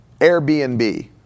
Airbnb